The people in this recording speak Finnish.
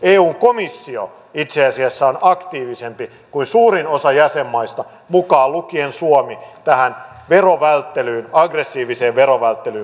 eun komissio itse asiassa on aktiivisempi kuin suurin osa jäsenmaista mukaan lukien suomi tähän aggressiiviseen verovälttelyyn puuttumisessa